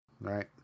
right